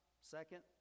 Second